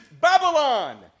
Babylon